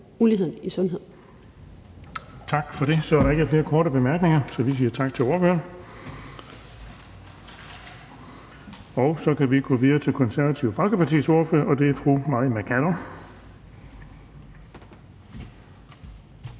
(Erling Bonnesen): Tak for det. Så er der ikke flere korte bemærkninger, og vi siger tak til ordføreren. Så kan vi gå videre til Det Konservative Folkepartis ordfører, og det er fru Mai Mercado.